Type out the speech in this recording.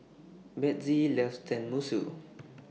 Bethzy loves Tenmusu